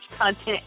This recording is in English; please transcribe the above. content